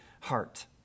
heart